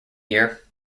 year